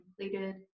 completed